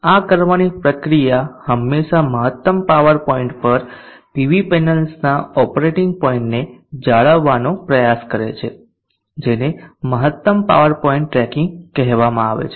આ કરવાની પ્રક્રિયા હંમેશાં મહત્તમ પાવર પોઇન્ટ પર પીવી પેનલ્સના ઓપરેટિંગ પોઇન્ટને જાળવવાનો પ્રયાસ કરે છે જેને મહત્તમ પાવર પોઇન્ટ ટ્રેકિંગ કહેવામાં આવે છે